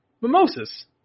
Mimosas